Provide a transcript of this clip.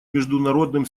международным